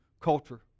culture